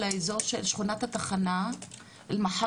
לאזור של שכונת התחנה בלוד.